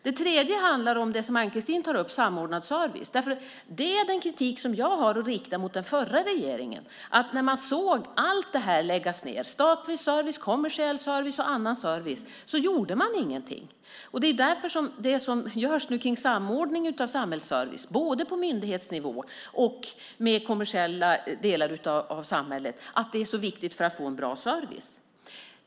Det tredje handlar om det som Ann-Kristine tar upp, samordnad service. Det är den kritik jag har att rikta mot den förra regeringen. När man såg allt det här läggas ned, statlig service, kommersiell service och annan service, gjorde man ingenting. Det är därför det som görs kring samordning av samhällsservice, både på myndighetsnivå och med kommersiella delar av samhället, är så viktigt för att få en bra service.